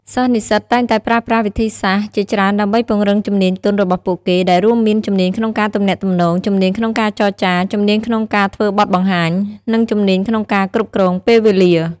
សិស្សនិស្សិតតែងតែប្រើប្រាស់វិធីសាស្រ្តជាច្រើនដើម្បីពង្រឹងជំនាញទន់របស់ពួកគេ ដែលរួមមាន ជំនាញក្នុងការទំនាក់ទំនង, ជំនាញក្នុងការចរចា, ជំនាញក្នុងការធ្វើបទបង្ហាញ និងជំនាញក្នុងការគ្រប់គ្រងពេលវេលា។